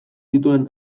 zituen